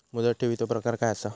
मुदत ठेवीचो प्रकार काय असा?